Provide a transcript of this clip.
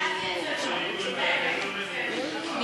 טיבי, זה גדול עליך להיות צנוע.